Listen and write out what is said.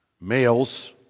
males